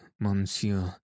Monsieur